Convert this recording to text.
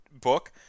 book